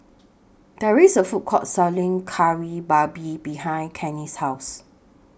There IS A Food Court Selling Kari Babi behind Kenny's House